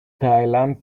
thailand